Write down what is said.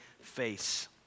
face